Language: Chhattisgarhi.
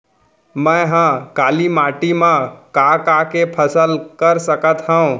मै ह काली माटी मा का का के फसल कर सकत हव?